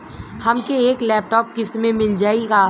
हमके एक लैपटॉप किस्त मे मिल जाई का?